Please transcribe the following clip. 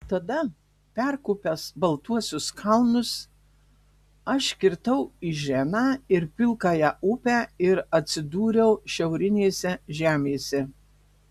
tada perkopęs baltuosius kalnus aš kirtau iženą ir pilkąją upę ir atsidūriau šiaurinėse žemėse